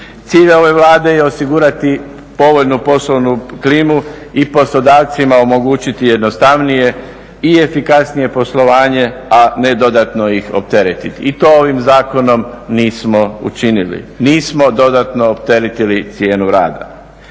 Cilj ove Vlade je osigurati povoljnu poslovnu klimu i poslodavcima omogućiti jednostavnije i efikasnije poslovanje a ne dodatno ih opteretiti i to ovim Zakonom nismo učinili. Nismo dodatno opteretili cijenu rada.